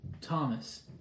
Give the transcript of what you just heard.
Thomas